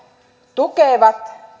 tukevat